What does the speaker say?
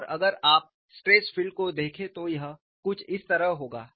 और अगर आप स्ट्रेस फील्ड को देखें तो यह कुछ इस तरह होगा